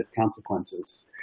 consequences